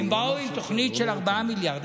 הם באו עם תוכנית של 4 מיליארד,